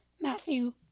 Matthew